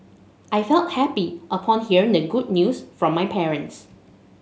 I felt happy upon hearing the good news from my parents